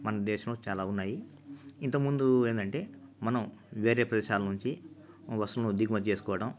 మన దేశంలో చాల ఉన్నాయి ఇంతకముందు ఏందంటే మనం వేరే ప్రదేశాల నుంచి వస్తువులును దిగుమతి చేసుకోవడం